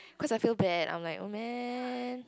cause I feel bad I'm like oh man